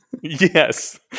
Yes